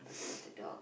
I say the dog